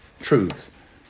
truth